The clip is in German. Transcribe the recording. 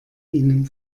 ihnen